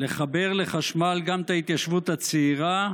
לחבר לחשמל גם את ההתיישבות הצעירה,